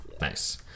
Nice